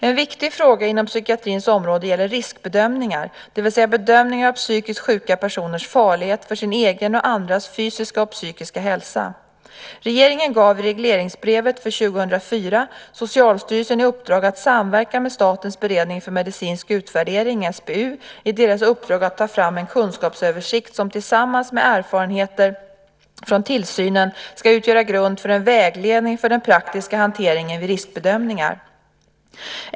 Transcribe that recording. En viktig fråga inom psykiatrins område gäller riskbedömningar, det vill säga bedömningar av psykiskt sjuka personers farlighet för sin egen och andras fysiska och psykiska hälsa. Regeringen gav i regleringsbrevet för 2004 Socialstyrelsen i uppdrag att samverka med Statens beredning för medicinsk utvärdering i deras uppdrag att ta fram en kunskapsöversikt som tillsammans med erfarenheter från tillsynen ska utgöra grund för en vägledning för den praktiska hanteringen vid riskbedömningar.